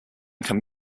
can